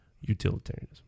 utilitarianism